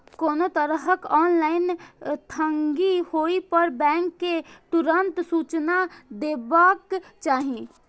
कोनो तरहक ऑनलाइन ठगी होय पर बैंक कें तुरंत सूचना देबाक चाही